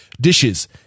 dishes